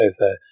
over